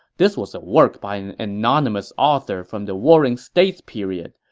this was a work by an anonymous author from the warring states period.